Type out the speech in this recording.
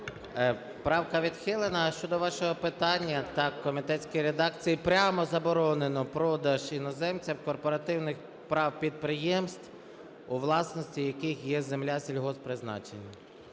Правка відхилена. Щодо вашого питання, в комітетській редакції прямо заборонено продаж іноземцям корпоративних прав підприємств, у власності яких є земля сільгосппризначення.